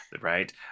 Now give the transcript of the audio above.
Right